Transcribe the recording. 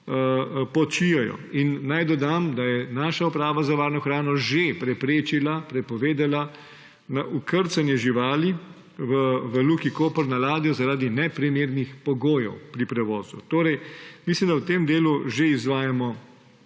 počijejo. In naj dodam, da je naša uprava za varno hrano že preprečila, prepovedala vkrcanje živali v Luki Koper na ladjo zaradi neprimernih pogojev pri prevozu. Mislim, da v tem delu že izvajamo